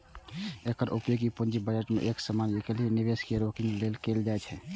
एकर उपयोग पूंजी बजट मे एक समान वैकल्पिक निवेश कें रैंकिंग लेल कैल जाइ छै